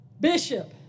Bishop